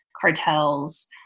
cartels